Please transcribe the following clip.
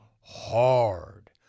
hard